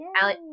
Allie